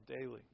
daily